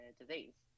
disease